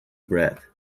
bread